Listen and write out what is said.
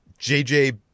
JJ